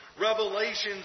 revelations